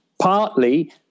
partly